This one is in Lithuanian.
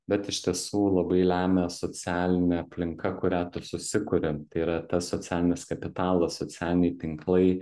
bet iš tiesų labai lemia socialinė aplinka kurią susikuriam tai yra tas socialinis kapitalas socialiniai tinklai